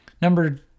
Number